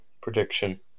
prediction